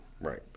Right